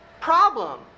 problem